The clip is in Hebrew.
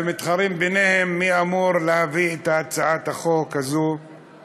ומתחרים ביניהם מי אמור להביא את הצעת החוק הזו